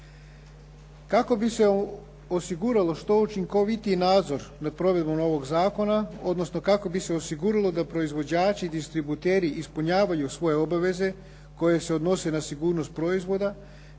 Kako bi se osigurao što učinkovitiji nadzor nad provedbom ovog zakona odnosno kako bi se osiguralo da proizvođači, distributeri ispunjavaju svoje obaveze koje se odnose na sigurnost proizvoda,